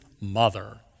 mother